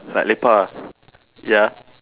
like lepak ah ya